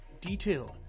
detailed